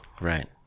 Right